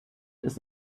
ist